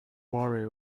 worry